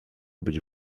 być